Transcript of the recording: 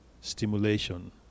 stimulation